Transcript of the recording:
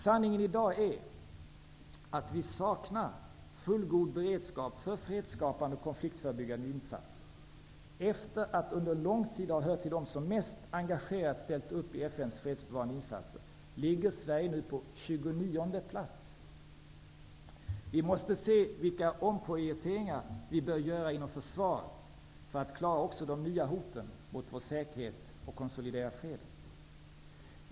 Sanningen i dag är att vi saknar fullgod beredskap för fredsskapande och konfliktförebyggande insatser. Efter att under lång tid hört till dem som mest engagerat ställt upp i FN:s fredsbevarande insatser ligger Sverige nu på 29:e plats. Vi måste se vilka omprioriteringar vi bör göra inom försvaret för att klara också de nya hoten mot vår säkerhet och för att konsolidera freden.